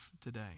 today